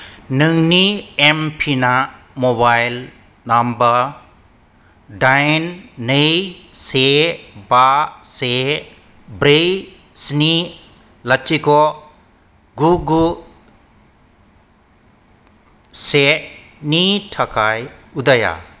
नोंनि एमपिना mobile number दाइन नै से बा से ब्रै स्नि लाथिख' गु गु से नि थाखाय उदाया